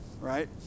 right